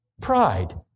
Pride